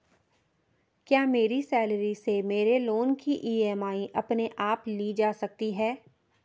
क्या मेरी सैलरी से मेरे लोंन की ई.एम.आई अपने आप ली जा सकती है?